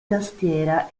tastiera